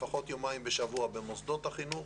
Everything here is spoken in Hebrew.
לפחות יומיים בשבוע במוסדות החינוך